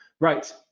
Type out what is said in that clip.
Right